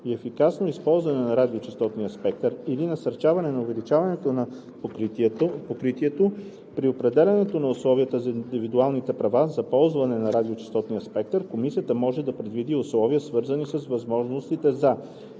и ефикасно използване на радиочестотния спектър или насърчаване на увеличаването на покритието, при определянето на условията за индивидуалните права за ползване на радиочестотен спектър комисията може да предвиди условия, свързани с възможностите за: